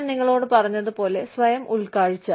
ഞാൻ നിങ്ങളോട് പറഞ്ഞതുപോലെ സ്വയം ഉൾക്കാഴ്ച